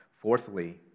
Fourthly